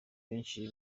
benshi